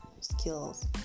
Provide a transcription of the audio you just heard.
skills